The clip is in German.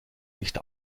nicht